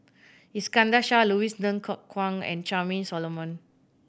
Iskandar Shah Louis Ng Kok Kwang and Charmaine Solomon